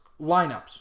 lineups